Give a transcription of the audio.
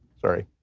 sorry